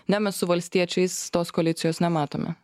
ne mes su valstiečiais tos koalicijos nematome